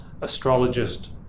astrologist